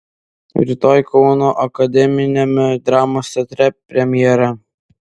rytoj kauno akademiniame dramos teatre premjera